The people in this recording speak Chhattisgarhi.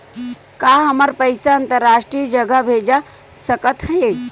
का हमर पईसा अंतरराष्ट्रीय जगह भेजा सकत हे?